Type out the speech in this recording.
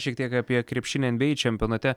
šiek tiek apie krepšinį nba čempionate